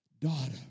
daughter